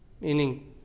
Meaning